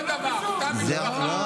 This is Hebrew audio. נו באמת, מה, זה אותו דבר, אותה משפחה.